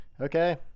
Okay